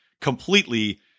completely